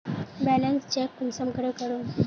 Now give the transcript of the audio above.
Balance check कुंसम करे करूम?